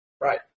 right